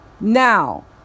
Now